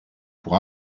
pour